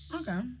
Okay